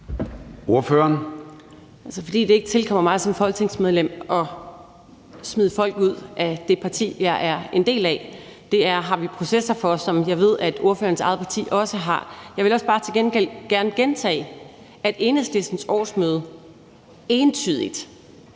Fordi det ikke tilkommer mig som folketingsmedlem at smide folk ud af det parti, jeg er en del af. Det har vi processer for, hvilket jeg ved at ordførerens eget parti også har. Jeg vil til gengæld også bare gerne gentage, at Enhedslistens årsmøde entydigt